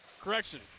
correction